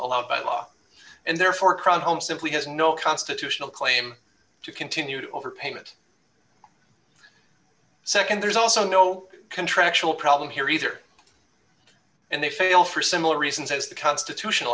allowed by law and therefore home simply has no constitutional claim to continued overpayment nd there's also no contractual problem here either and they fail for similar reasons as the constitutional